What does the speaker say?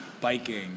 biking